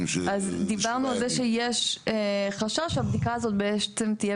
דיברנו על זה שיש חשש שהבדיקה הזאת בעצם תהיה